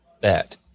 bet